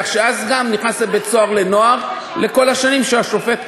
ונכנס לבית-סוהר לנוער לכל השנים שהשופט קובע.